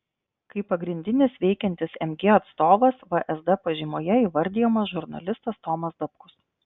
kaip pagrindinis veikiantis mg atstovas vsd pažymoje įvardijamas žurnalistas tomas dapkus